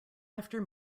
after